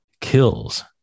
kills